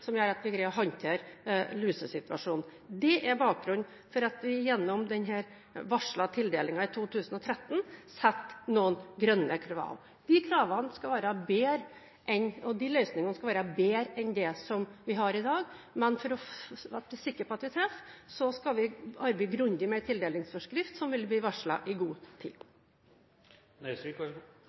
som gjør at vi greier å håndtere lusesituasjonen. Det er bakgrunnen for at vi gjennom denne varslede tildelingen i 2013 setter noen grønne krav. De kravene og løsningene skal være bedre enn dem vi har i dag, men for å være sikre på at vi treffer skal vi arbeide grundig med en tildelingsforskrift, som vil bli varslet i god